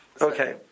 Okay